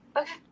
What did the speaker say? okay